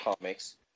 comics